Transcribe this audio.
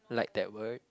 like that word